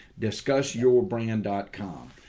Discussyourbrand.com